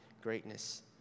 greatness